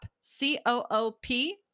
C-O-O-P